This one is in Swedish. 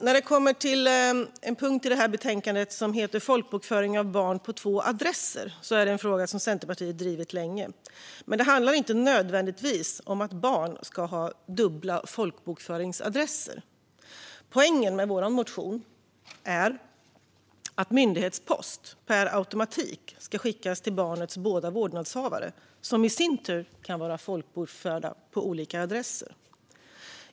När det kommer till en punkt i betänkandet som heter Folkbokföring av barn på två adresser är det en fråga som Centerpartiet har drivit länge. Men det handlar inte nödvändigtvis om att barn ska ha dubbla folkbokföringsadresser. Poängen med vår motion är att myndighetspost per automatik ska skickas till barnets båda vårdnadshavare, som i sin tur kan vara folkbokförda på olika adresser.